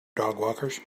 dogwalkers